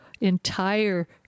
entire